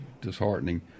disheartening